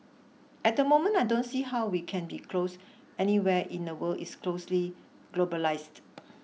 at the moment I don't see how we can be closed anywhere in the world is closely globalised